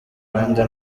rwanda